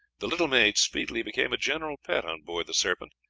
the little maid speedily became a general pet on board the serpent,